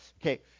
Okay